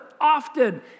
often